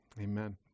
amen